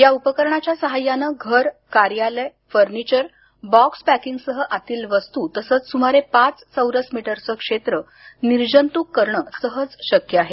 या उपकरणाच्या सहाय्यानं घर कार्यालय फर्निचर बॉक्स पॅकिंगसह आतील वस्तू तसंच सुमारे पाच चौरस मीटरचं क्षेत्र निर्जंतूक करणं सहज शक्य आहे